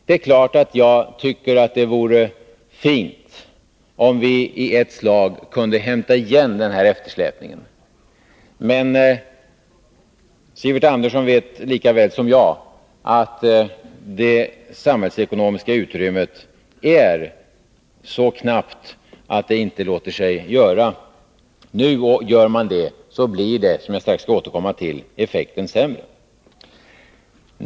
Det är klart att jag tycker att det vore fint om vi i ett slag kunde hämta igen den här eftersläpningen, men Sivert Andersson vet lika väl som jag att det samhällsekonomiska utrymmet är så knappt att det inte låter sig göra nu. Gör man det blir, som jag strax skall återkomma till, effekten sämre.